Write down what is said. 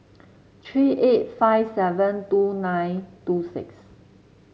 three eight five seven two nine two six